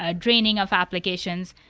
ah draining of applications.